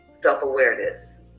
self-awareness